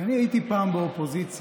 אני הייתי פעם באופוזיציה,